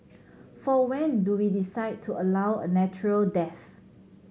for when do we decide to allow a natural death